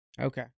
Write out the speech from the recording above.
Okay